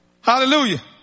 Hallelujah